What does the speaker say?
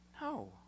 No